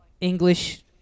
English